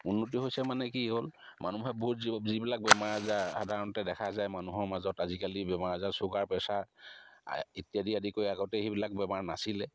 উন্নতি হৈছে মানে কি হ'ল মানুহে বহুত যি যিবিলাক বেমাৰ আজাৰ সাধাৰণতে দেখা যায় মানুহৰ মাজত আজিকালি বেমাৰ আজাৰ চুগাৰ প্ৰেচাৰ ইত্যাদি আদি কৰি আগতে সেইবিলাক বেমাৰ নাছিলে